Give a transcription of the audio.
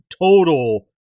total